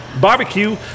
barbecue